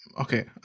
Okay